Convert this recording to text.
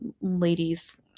ladies